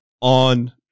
on